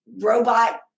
robot